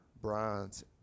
bronze